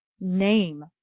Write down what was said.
name